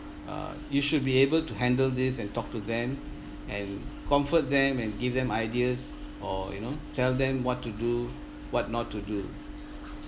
uh you should be able to handle this and talk to them and comfort them and give them ideas or you know tell them what to do what not to do